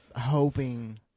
hoping